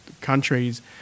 countries